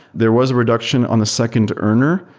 there was a reduction on the second earner.